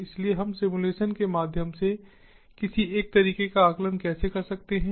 इसलिए हम सिम्युलेशन के माध्यम से किसी एक तरीके का आकलन कैसे कर सकते हैं